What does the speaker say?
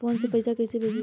Phone से पैसा कैसे भेजी?